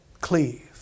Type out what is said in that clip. Cleave